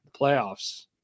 playoffs